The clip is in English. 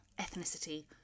ethnicity